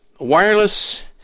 Wireless